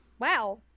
Wow